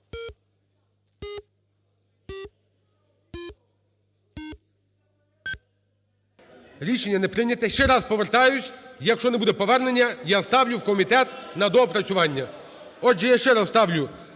Рішення не прийнято. Ще раз повертаюсь, якщо не буде повернення, я ставлю в комітет на доопрацювання. Отже, я ще раз ставлю